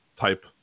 type